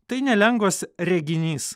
tai nelengvas reginys